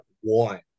one